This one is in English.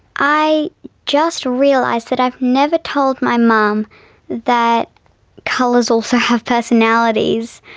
i just realised that i've never told my mum that colours also have personalities,